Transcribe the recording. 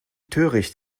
töricht